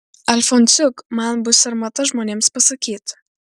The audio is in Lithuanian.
alfonsiuk man bus sarmata žmonėms pasakyt